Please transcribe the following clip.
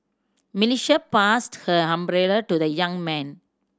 Melissa passed her umbrella to the young man